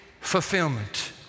fulfillment